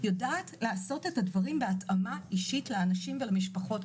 יודעת לעשות את הדברים בהתאמה אישית לאנשים ולמשפחות.